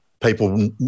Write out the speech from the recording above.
people